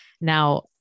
Now